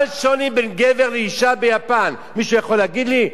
מה השוני בין גבר לאשה ביפן, מישהו יכול להגיד לי.